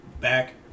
back